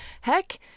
Heck